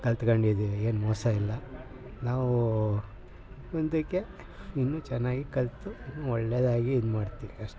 ಕಲ್ತ್ಕೊಂಡಿದ್ದೀವಿ ಏನು ಮೋಸ ಇಲ್ಲ ನಾವೂ ಮುಂದಕ್ಕೆ ಇನ್ನೂ ಚೆನ್ನಾಗಿ ಕಲಿತು ಇನ್ನೂ ಒಳ್ಳೆಯದಾಗಿ ಇದು ಮಾಡ್ತೀವಿ ಅಷ್ಟೇ